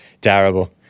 Terrible